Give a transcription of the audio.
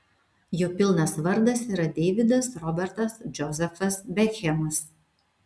jo pilnas vardas yra deividas robertas džozefas bekhemas